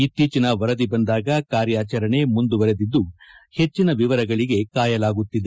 ಇತ್ತೀಜನ ವರದಿ ಬಂದಾಗ ಕಾರ್ಯಾಚರಣೆ ಮುಂದುವರೆದಿದ್ದು ಹೆಜ್ವಿನ ವಿವರಗಳಿಗೆ ಕಾಯಲಾಗುತ್ತಿದೆ